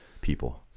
people